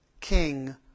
King